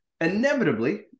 Inevitably